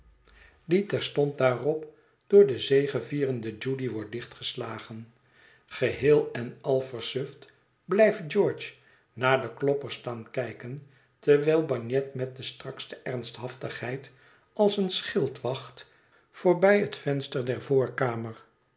die terstond daarop dooide zegevierende judy wordt dichtgeslagen geheel en al versuft blijft george naar den klopper staan kijken terwijl bagnet met de strakste ernsthaftigheid als een schildwacht voorbij het venster der voorkamer